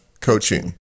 coaching